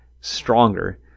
stronger